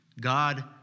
God